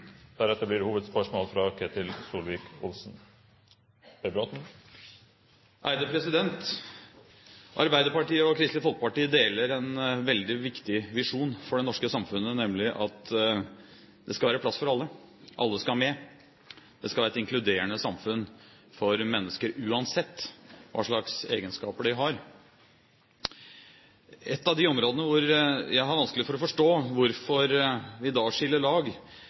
Arbeiderpartiet og Kristelig Folkeparti deler en veldig viktig visjon for det norske samfunnet, nemlig at det skal være plass for alle, alle skal med, det skal være et inkluderende samfunn for mennesker uansett hva slags egenskaper de har. Et av de områdene hvor jeg har vanskelig for å forstå hvorfor vi da skiller lag,